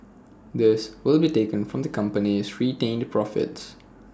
this will be taken from the company's retained the profits